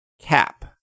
cap